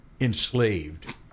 enslaved